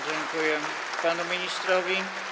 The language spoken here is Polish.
Dziękuję panu ministrowi.